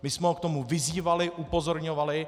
My jsme ho k tomu vyzývali, upozorňovali.